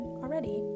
already